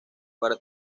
para